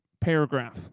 paragraph